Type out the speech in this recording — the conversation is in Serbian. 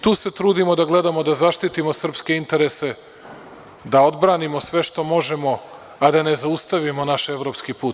Tu se trudimo da gledamo da zaštitimo srpske interese, da odbranimo sve što možemo, a da ne zaustavimo naš evropski put.